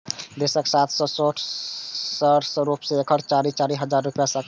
देशक सात सय चौंसठ शहर मे एकर साढ़े चारि हजार शाखा छै